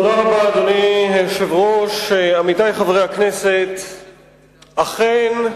אדוני היושב-ראש, עמיתי חברי הכנסת, אכן,